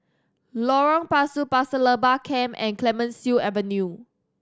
Lorong Pasu Pasir Laba Camp and Clemenceau Avenue